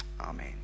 amen